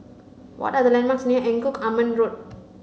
what are the landmarks near Engku Aman Road